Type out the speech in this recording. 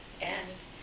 Yes